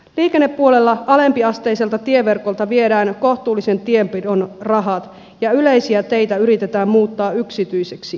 liikennepuolella alempiasteiselta tieverkolta viedään kohtuullisen tienpidon rahat ja yleisiä teitä yritetään muuttaa yksityisiksi